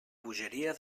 bogeria